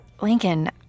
Lincoln